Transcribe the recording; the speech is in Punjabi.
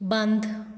ਬੰਦ